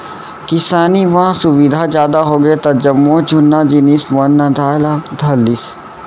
किसानी म सुबिधा जादा होगे त जम्मो जुन्ना जिनिस मन नंदाय ला धर लिस